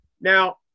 Now